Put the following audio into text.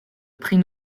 prix